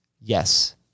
Yes